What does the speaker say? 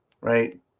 right